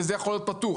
וזה יכול להיות פטור.